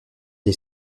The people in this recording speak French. les